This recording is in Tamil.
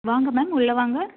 வாங்க மேம் உள்ளே வாங்க